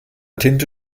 tinte